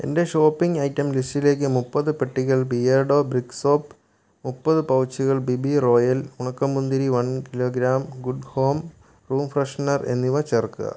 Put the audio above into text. എന്റെ shopping item ലിസ്റ്റിലേക്ക് മുപ്പത് പെട്ടികൾ ബിയർഡോ ബ്രിക് സോപ്പ് മുപ്പത് പൗച്ചുകൾ ബി ബി റോയൽ ഉണക്കമുന്തിരി one kilogram good home room freshener എന്നിവ ചേർക്കുക